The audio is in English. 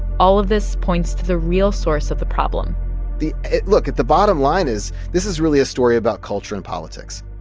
all of this points to the real source of the problem the look. at the bottom line is this is really a story about culture and politics.